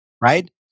right